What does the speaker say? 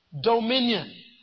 dominion